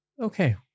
Okay